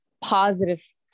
positive